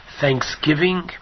thanksgiving